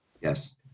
yes